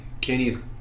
Kenny's